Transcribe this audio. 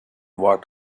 walked